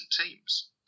teams